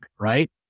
right